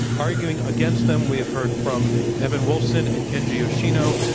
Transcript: arguing against them, we have heard from evan wolfson and kenji yoshino.